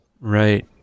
Right